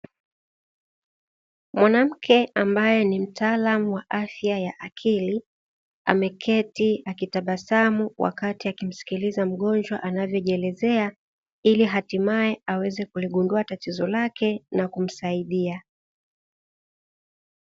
Mwanamke ambaye ni mtaalamu wa afya ya akili, ameketi akitabasamu wakati akimsikiliza mgonjwa anavyojielezea, ili hatimaye aweze kuligundua tatizo lake, na kumsaidia.